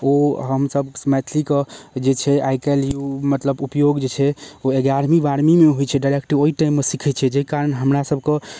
ओ हमसब मैथिली कऽ जे छै आइकाल्हि ओ मतलब ऊपयोग जे छै ओ एगरहवी बारवी मे होइत छै डाइरेक्ट ओहि टाइममे सिखैत छी जाहि कारण हमरा सब कऽ